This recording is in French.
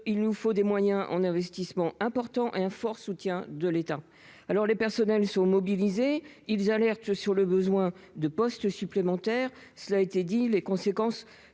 il nous faut des moyens en investissements importants et un fort soutien de l'État, alors les personnels sont mobilisés, ils alertent sur le besoin de postes supplémentaires, cela a été dit, les conséquences